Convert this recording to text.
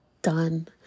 done